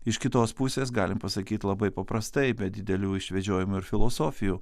iš kitos pusės galim pasakyt labai paprastai be didelių išvedžiojimų ir filosofijų